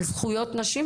על זכויות נשים.